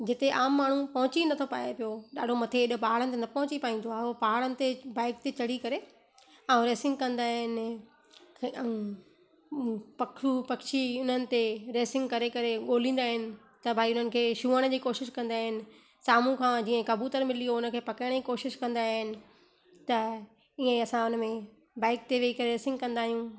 जिते आम माण्हू पहुची नथो पाए पयो ॾाढो मथे एॾो पहाड़नि ते न पहुची पाईंदो आहे ऐं पहाड़नि ते बाइक ते चढ़ी करे ऐं रैसिंग कंदा आहिनि पखियूं पक्षी हुननि ते रैसिंग करे करे ॻोल्हिंदा आहिनि त भाई हुननि खे छूअण जी कोशिशि कंदा आहिनि साम्हूं खां जीअं कबूतर मिली वियो हुन खे पकिड़े ई कोशिशि कंदा आहिनि त ईअं असां हुन में बाइक ते वेही करे रैसिंग कंदा आहियूं